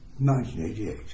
1988